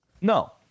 No